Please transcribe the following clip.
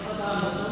מה מצב ההענשה פה?